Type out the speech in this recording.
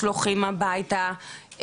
משלוחים הביתה,